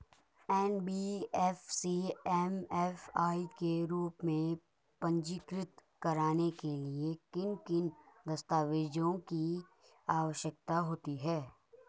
NBFC MFI के रूप में पंजीकृत कराने के लिए किन किन दस्तावेज़ों की आवश्यकता होती है?